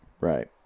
Right